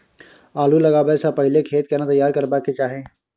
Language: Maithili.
आलू लगाबै स पहिले खेत केना तैयार करबा के चाहय?